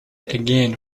again